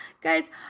Guys